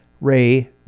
Ray